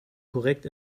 korrekt